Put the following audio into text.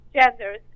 genders